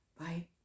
Bye